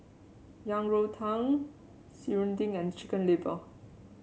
Yang Rou Tang Serunding and Chicken Liver